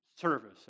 service